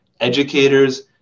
Educators